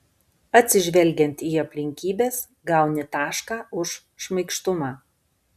atsižvelgiant į aplinkybes gauni tašką už šmaikštumą